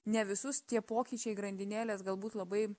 ne visus tie pokyčiai grandinėlės galbūt labai